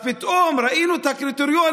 אז פתאום ראינו את הקריטריונים,